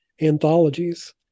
anthologies